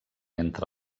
entre